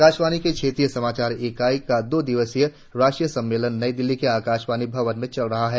आकाशवाणी के क्षेत्रीय समाचार इकाई का दो दिवसीय राष्ट्रीय सम्मेलन नई दिल्ली के आकाशवाणी भवन में चल रहा है